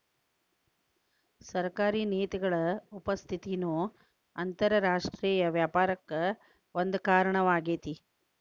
ಸರ್ಕಾರಿ ನೇತಿಗಳ ಉಪಸ್ಥಿತಿನೂ ಅಂತರರಾಷ್ಟ್ರೇಯ ವ್ಯಾಪಾರಕ್ಕ ಒಂದ ಕಾರಣವಾಗೇತಿ